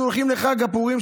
אנחנו הולכים לחג הפורים.